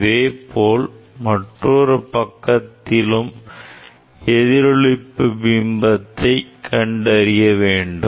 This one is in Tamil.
இதேபோல் நான் மற்றொரு பக்கத்திலும் எதிரொளிப்பு பிம்பத்தை கண்டறிய வேண்டும்